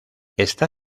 está